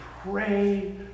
pray